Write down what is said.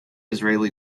israeli